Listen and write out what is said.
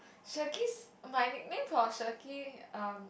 Shakir's my nickname for Shakir um